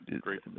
Great